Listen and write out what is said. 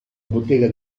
bottega